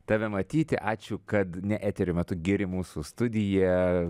tave matyti ačiū kad ne eterio metu giri mūsų studiją